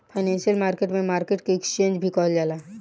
financial market में market के exchange भी कहल जाला